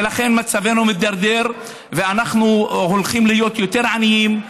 ולכן מצבנו מידרדר ואנחנו הולכים להיות יותר עניים,